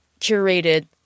curated